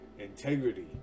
integrity